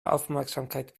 aufmerksamkeit